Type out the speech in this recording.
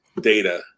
data